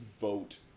vote